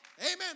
Amen